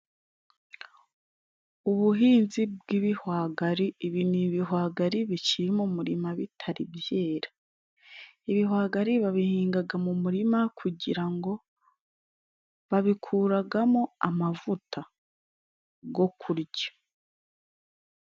Ubuhinzi bw'ibihwagari ibi ni ibihwagari bikiri mu murima bitari byera, ibihwagari babihinga mu murima kugira ngo babikuramo amavuta yo kurya.